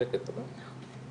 השקף הבא.